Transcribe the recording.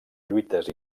lluites